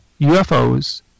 UFOs